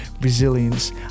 resilience